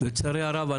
לצערי הרב,